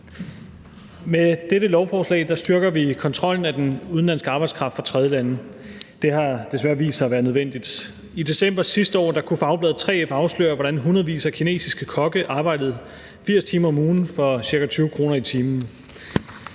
Med dette lovforslag styrker vi kontrollen af den udenlandske arbejdskraft fra tredjelande. Det har desværre vist sig at være nødvendigt. I december sidste år kunne Fagbladet 3F afsløre, hvordan hundredvis af kinesiske kokke arbejdede 80 timer om ugen for ca. 20 kr. i timen.